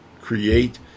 create